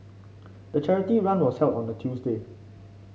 the charity run was held on a Tuesday